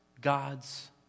God's